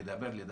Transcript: לדבר, לדבר,